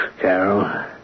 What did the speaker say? Carol